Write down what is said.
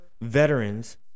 veterans